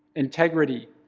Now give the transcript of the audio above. integrity,